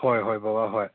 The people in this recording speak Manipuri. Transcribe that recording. ꯍꯣꯏ ꯍꯣꯏ ꯕꯕꯥ ꯍꯣꯏ